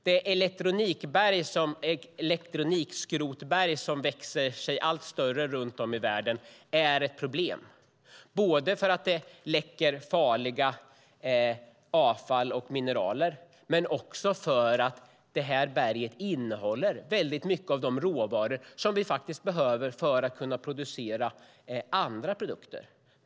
Det elektronikskrotberg som växer sig allt större i världen är ett problem, både för att det läcker farligt avfall och mineraler och för att det innehåller mycket av de råvaror som vi behöver för att kunna producera andra produkter.